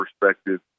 perspective